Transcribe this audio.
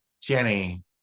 Jenny